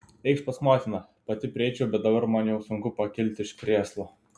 eikš pas motiną pati prieičiau bet dabar man jau sunku pakilti iš krėslo